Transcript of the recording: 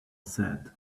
said